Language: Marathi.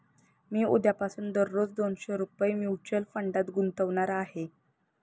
मी उद्यापासून दररोज दोनशे रुपये म्युच्युअल फंडात गुंतवणार आहे